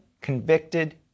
convicted